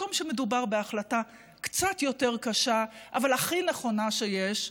במקום שמדובר בהחלטה קצת יותר קשה אבל הכי נכונה שיש,